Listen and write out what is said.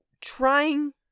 trying